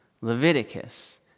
Leviticus